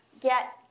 get